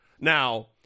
Now